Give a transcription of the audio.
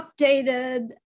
updated